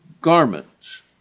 garments